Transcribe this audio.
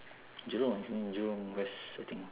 jurong it's in jurong west I think